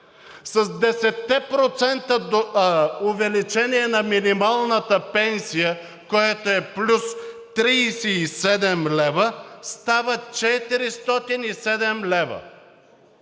с 10% увеличение на минималната пенсия, което е плюс 37 лв., става 407 лв.